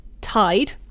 tide